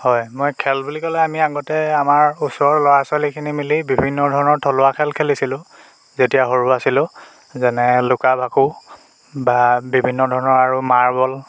হয় মই খেল বুলি ক'লে আমি আগতে আমাৰ ওচৰৰ ল'ৰা ছোৱালীখিনি মিলি বিভিন্ন ধৰণৰ থলুৱা খেল খেলিছিলোঁ যেতিয়া সৰু আছিলো যেনে লুকা ভাকু বা বিভিন্ন ধৰণৰ আৰু মাৰ্বল